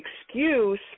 excuse